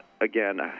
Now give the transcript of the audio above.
Again